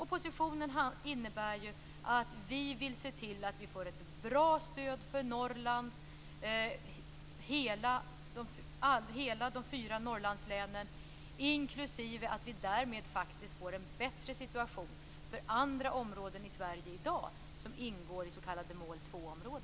Positionen innebär att vi vill se till att få ett bra stöd för Norrland, för alla de fyra Norrlandslänen inklusive att vi därmed får en bättre situation för andra områden i Sverige i dag som ingår i s.k.